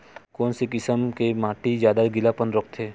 कोन से किसम के माटी ज्यादा गीलापन रोकथे?